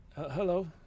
hello